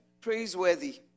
praiseworthy